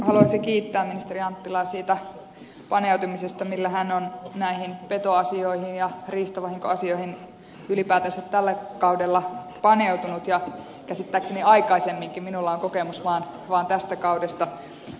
haluaisin kiittää ministeri anttilaa siitä paneutumisesta millä hän on näihin petoasioihin ja riistavahinkoasioihin ylipäätänsä tällä kaudella paneutunut ja käsittääkseni aikaisemminkin minulla on kokemus vain tästä kaudesta